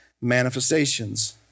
manifestations